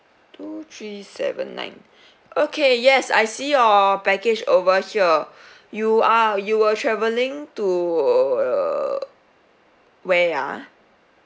mm three seven nine okay yes I see your package over here you are you were travelling to err where ah